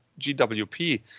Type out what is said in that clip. GWP